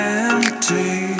empty